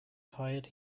tired